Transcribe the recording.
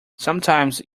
sometimes